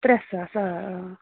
ترٛےٚ ساس آ آ